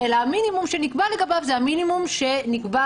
אלא המינימום שנקבע לגביו זה המינימום שנקבע